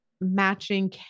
matching